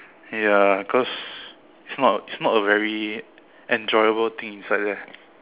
ya cause it's not it's not a very enjoyable thing inside there